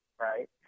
right